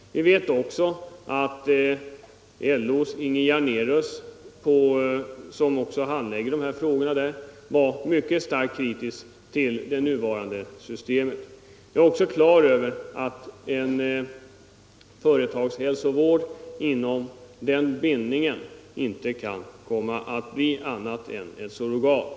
Vi vet också att LO:s Inge Janérus, som handlägger de här frågorna, var mycket kritisk mot det nuvarande systemet. Jag är vidare klar över att en företagshälsovård med denna bindning inte kan komma att bli annat än ett surrogat.